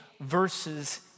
verses